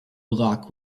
lock